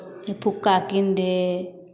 फुक्का कीन दे